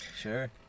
Sure